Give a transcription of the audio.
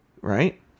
right